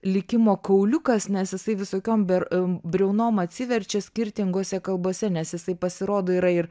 likimo kauliukas nes jisai visokiom dar briaunom atsiverčia skirtingose kalbose nes jisai pasirodo yra ir